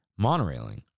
Monorailing